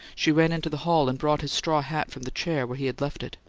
she ran into the hall and brought his straw hat from the chair where he had left it.